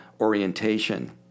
orientation